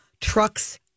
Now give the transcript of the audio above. trucks